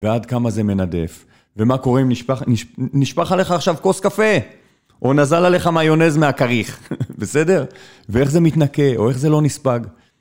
ועד כמה זה מנדף, ומה קוראים, נשפך עליך עכשיו כוס קפה, או נזל עליך מיונז מהכריך, בסדר? ואיך זה מתנקה, או איך זה לא נספג.